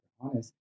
honest